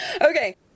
okay